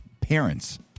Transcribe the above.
parents